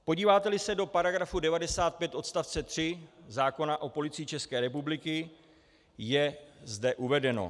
Podíváteli se do § 95 odst. 3 zákona o Policii České republiky, je zde uvedeno: